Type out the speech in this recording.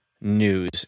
news